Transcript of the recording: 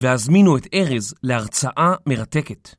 והזמינו את ארז להרצאה מרתקת.